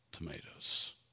Tomatoes